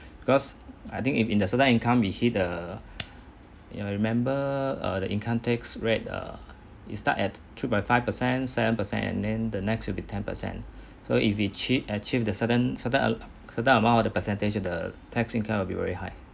cause I think if in the certain income we hit the you will remember err the income tax rate err it start at two point five percent seven per cent and then the next will be ten percent so if achieve achieve a certain certain a~ certain amount of the percentage of the tax income will be very high